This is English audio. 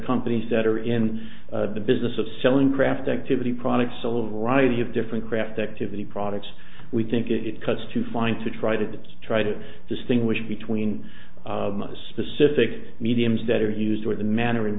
companies that are in the business of selling craft activity products solidarity of different craft activity products we think it cuts too fine to try to to try to distinguish between specific mediums that are used or the manner in